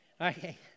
Okay